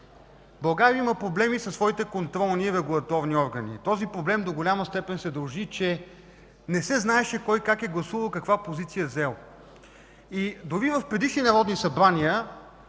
България има проблеми със своите контролни и регулаторни органи. Този проблем до голяма степен се дължи на това, че не се знаеше кой, как е гласувал, каква позиция е заел. В предишни народния събрания